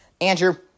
Andrew